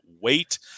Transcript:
wait